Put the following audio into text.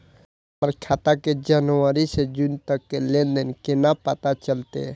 हमर खाता के जनवरी से जून तक के लेन देन केना पता चलते?